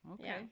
Okay